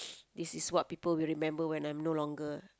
this is what people will remember when I'm no longer